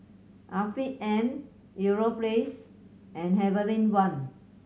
Afiq M Europace and Heavenly Wang